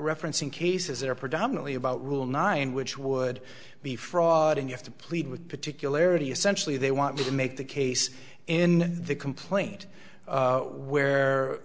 referencing cases that are predominately about rule nine which would be fraud and you have to plead with particularity essentially they want you to make the case in the complaint where